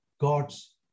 God's